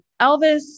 Elvis